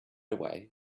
away